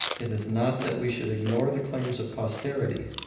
it is not that we should ignore the claims of posterity,